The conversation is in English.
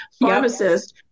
Pharmacist